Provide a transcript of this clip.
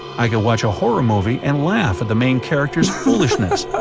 i could watch a horror movie and laugh at the main characters' foolishness,